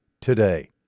today